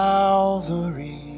Calvary